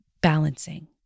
balancing